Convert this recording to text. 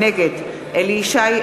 נגד אליהו ישי,